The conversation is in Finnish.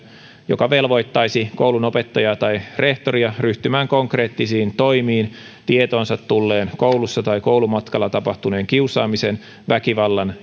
joka velvoittaisi koulun opettajaa tai rehtoria ryhtymään konkreettisiin toimiin tietoonsa tulleen koulussa tai koulumatkalla tapahtuneen kiusaamisen väkivallan